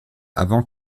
avant